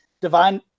divine